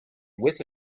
whiff